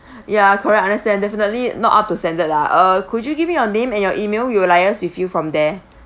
ya correct understand definitely not up to standard lah uh could you give me your name and your email we will liaise with you from there